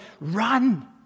Run